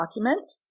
document